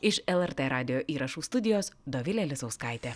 iš lrt radijo įrašų studijos dovilė lisauskaitė